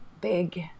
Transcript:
big